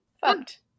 fucked